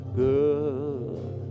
good